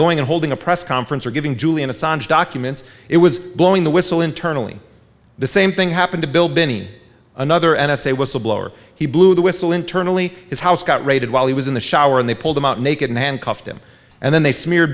going in holding a press conference or giving julian assange documents it was blowing the whistle internally the same thing happened to bill binney another n s a whistleblower he blew the whistle internally his house got raided while he was in the shower and they pulled him out naked and handcuffed him and then they smeared